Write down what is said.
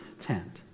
tent